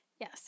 Yes